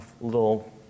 little